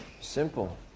Simple